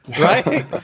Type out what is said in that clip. Right